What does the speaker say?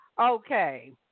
Okay